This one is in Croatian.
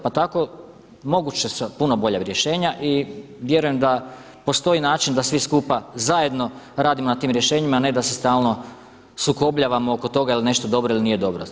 Pa tako moguća su puno bolja rješenja i vjerujem da postoji način da svi skupa zajedno radimo na tim rješenjima, a ne da se stalno sukobljavamo oko toga je li nešto dobro ili nije dobro.